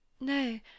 No